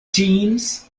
teams